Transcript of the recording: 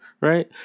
Right